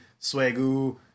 Swagoo